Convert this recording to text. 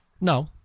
No